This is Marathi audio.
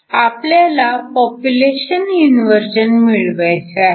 आपल्याला पॉप्युलेशन इन्व्हर्जन मिळवायचे आहे